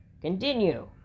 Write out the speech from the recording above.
Continue